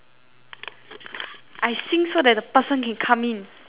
I sing so that the person can come in